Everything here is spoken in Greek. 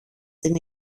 την